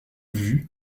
vue